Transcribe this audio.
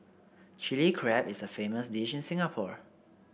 Chilli Crab is a famous dish in Singapore